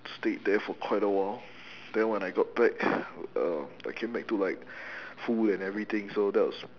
stayed there for quite a while then when I got back um I came back to like food and everything so that was